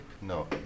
no